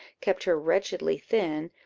kept her wretchedly thin,